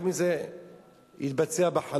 גם אם זה יתבצע בחלום.